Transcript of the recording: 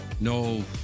No